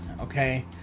okay